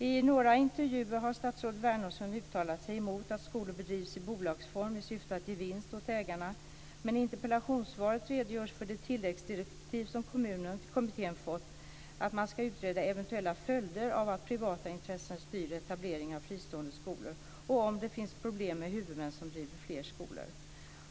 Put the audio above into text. I några intervjuer har statsrådet Wärnersson uttalat sig emot att skolor bedrivs i bolagsform i syfte att ge vinst åt ägarna. Men i interpellationssvaret redogörs för de tilläggsdirektiv som kommittén fått, att man ska utreda eventuella följder av att privata intressen styr etableringen av fristående skolor och om det finns problem med huvudmän som driver fler skolor.